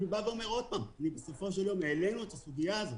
אני אומר שוב: בסופו של יום העלינו את הסוגיה הזו.